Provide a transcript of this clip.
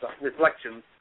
reflections